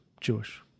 Jewish